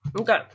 Okay